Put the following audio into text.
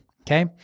Okay